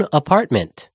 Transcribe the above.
apartment